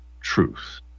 truth